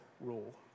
rule